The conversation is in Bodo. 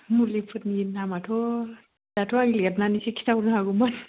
मुलिफोरनि नामाथ' दथ' आं लिरनानैसो खिन्था हरनो हागौ मोन